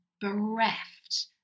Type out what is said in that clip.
bereft